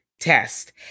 test